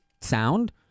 sound